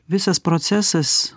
visas procesas